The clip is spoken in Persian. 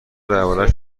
دربارش